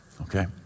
Okay